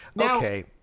Okay